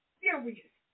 serious